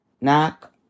Knock